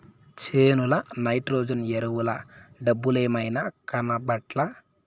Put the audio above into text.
చేనుల నైట్రోజన్ ఎరువుల డబ్బలేమైనాయి, కనబట్లా